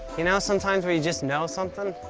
you know sometimes when you just know something?